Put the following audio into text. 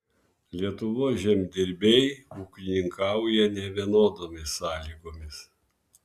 lietuvos žemdirbiai ūkininkauja nevienodomis sąlygomis